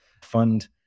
fund